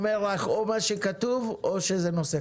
הוא אומר לך או מה שכתוב או שזה נושא חדש.